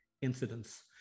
incidents